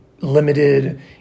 Limited